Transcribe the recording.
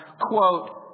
quote